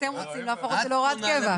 אתם רוצים להפוך את זה להוראת קבע.